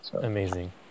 Amazing